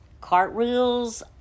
cartwheels